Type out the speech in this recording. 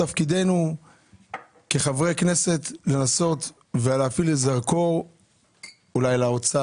תפקידנו כחברי כנסת הוא לנסות לכוון זרקור לאוצר,